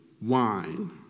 wine